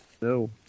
no